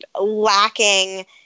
lacking